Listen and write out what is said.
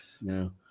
No